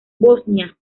bosnia